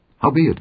Howbeit